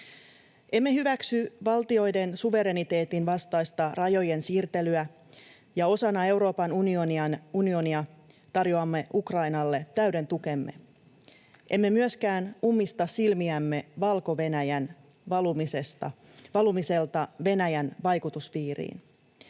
Emme hyväksy valtioiden suvereniteetin vastaista rajojen siirtelyä, ja osana Euroopan unionia tarjoamme Ukrainalle täyden tukemme. Emme myöskään ummista silmiämme Valko-Venäjän valumiselta Venäjän vaikutuspiiriin.